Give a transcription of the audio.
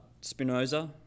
Spinoza